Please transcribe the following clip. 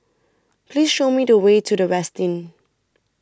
Please Show Me The Way to The Westin